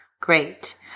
great